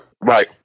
right